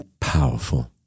powerful